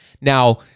Now